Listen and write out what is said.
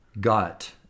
got